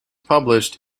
published